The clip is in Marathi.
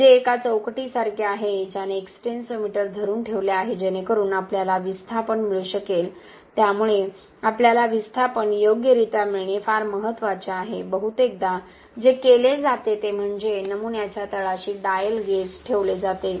जे एका चौकटीसारखे आहे ज्याने एक्सटेन्सोमीटर धरून ठेवले आहे जेणेकरून आपल्याला विस्थापन मिळू शकेल त्यामुळे आपल्याला विस्थापन योग्यरित्या मिळणे फार महत्वाचे आहे बहुतेकदा जे केले जाते ते म्हणजे नमुन्याच्या तळाशी डायल गेज ठेवले जाते